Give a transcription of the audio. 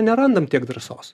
nerandam tiek drąsos